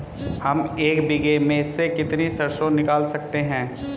हम एक बीघे में से कितनी सरसों निकाल सकते हैं?